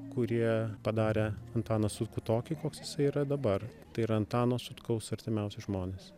kurie padarė antaną sutkų tokį koks jisai yra dabar tai yra antano sutkaus artimiausi žmonės